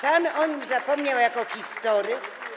Pan o nim zapomniał jako historyk?